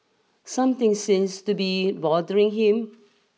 something seems to be bothering him